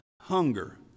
hunger